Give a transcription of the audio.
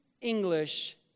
English